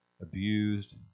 abused